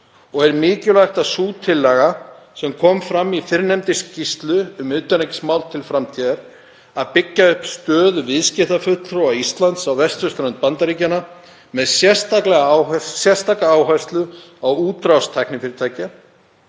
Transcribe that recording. og er sú tillaga sem kom fram í fyrrnefndri skýrslu um utanríkismál til framtíðar, að byggja upp stöðu viðskiptafulltrúa Íslands á vesturströnd Bandaríkjanna, með sérstaka áherslu á útrás tæknifyrirtækja,